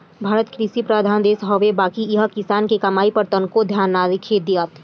भारत कृषि प्रधान देश हवे बाकिर इहा किसान के कमाई पर तनको ध्यान नइखे दियात